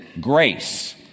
Grace